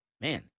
Man